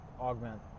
augment